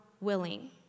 willing